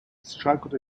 struggled